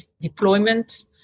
deployment